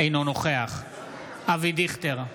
אינו נוכח אבי דיכטר,